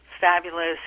fabulous